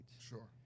Sure